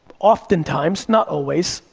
oftentimes, not always,